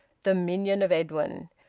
the minion of edwin,